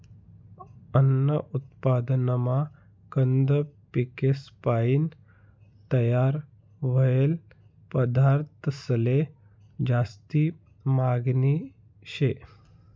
अन्न उत्पादनमा कंद पिकेसपायीन तयार व्हयेल पदार्थंसले जास्ती मागनी शे